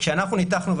וכשאנחנו ניתחנו,